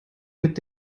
mit